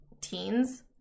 teens